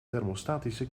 thermostatische